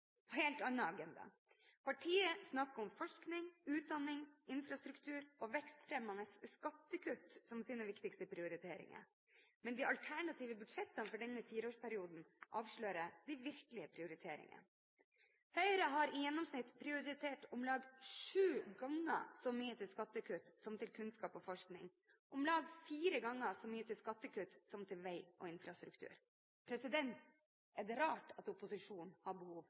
helt annen agenda. Partiet snakker om forskning, utdanning, infrastruktur og vekstfremmende skattekutt som sine viktigste prioriteringer. Men de alternative budsjettene for denne fireårsperioden avslører de virkelige prioriteringene. Høyre har i gjennomsnitt prioritert om lag sju ganger så mye til skattekutt som til kunnskap og forskning, og om lag fire ganger så mye til skattekutt som til vei og infrastruktur. Er det rart at opposisjonen har behov